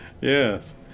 Yes